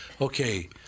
okay